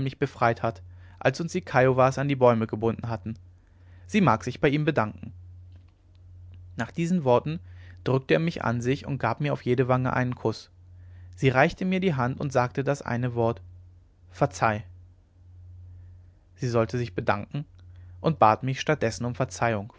befreit hat als uns die kiowas an die bäume gebunden hatten sie mag sich bei ihm bedanken nach diesen worten drückte er mich an sich und gab mir auf jede wange einen kuß sie reichte mir die hand und sagte das eine wort verzeih sie sollte sich bedanken und bat mich statt dessen um verzeihung